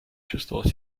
чувствовал